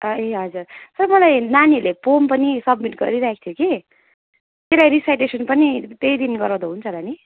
ए हजुर सर मलाई नानीहरूले पोएम पनि सब्मिट गरिरहेका थिए कि त्यसलाई रिसाइटेसन पनि त्यही दिन गराउँदा हुन्छ होला नि